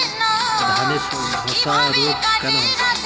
ধানে ধসা রোগ কেন হয়?